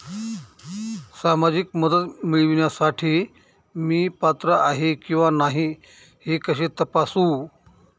सामाजिक मदत मिळविण्यासाठी मी पात्र आहे किंवा नाही हे कसे तपासू?